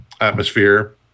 atmosphere